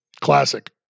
classic